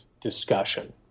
discussion